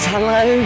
Hello